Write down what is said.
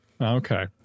okay